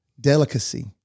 delicacy